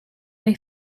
mae